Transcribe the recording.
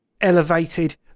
elevated